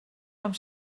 amb